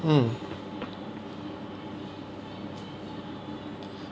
mm